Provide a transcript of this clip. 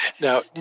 Now